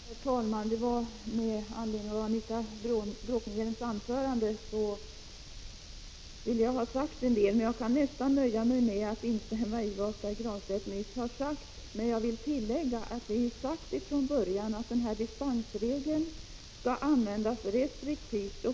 Herr talman! Det var med anledning av Anita Bråkenhielms anförande som jag ville säga några ord, men jag kan nästan nöja mig med att instämma i vad Pär Granstedt nyss har framfört. Jag vill dock tillägga att det från början är sagt att dispensregeln skall användas restriktivt.